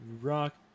rock